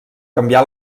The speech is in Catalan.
canvià